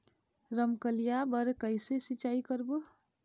रमकलिया बर कइसे सिचाई करबो?